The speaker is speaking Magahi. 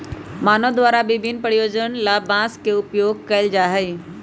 मानव द्वारा विभिन्न प्रयोजनों ला बांस के उपयोग कइल जा हई